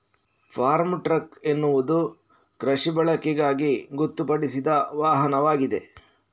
form truck ಎನ್ನುವುದು ಕೃಷಿ ಬಳಕೆಗಾಗಿ ಗೊತ್ತುಪಡಿಸಿದ ವಾಹನವಾಗಿದೆ